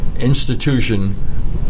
institution